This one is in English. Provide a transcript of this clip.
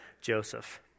Joseph